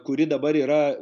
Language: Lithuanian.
kuri dabar yra